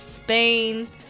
Spain